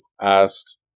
asked